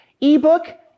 eBook